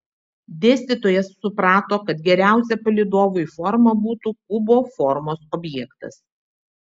dėstytojas suprato kad geriausia palydovui forma būtų kubo formos objektas